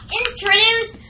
introduce